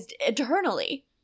eternally